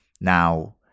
Now